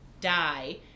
die